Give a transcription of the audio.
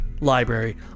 Library